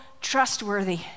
trustworthy